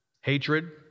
hatred